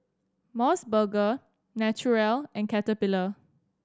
Mos Burger Naturel and Caterpillar